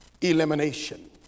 elimination